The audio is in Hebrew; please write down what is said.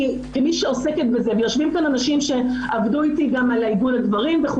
כי כמי שעוסקת בזה ויושבים כאן אנשים שעבדו יום יום,